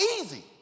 Easy